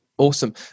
Awesome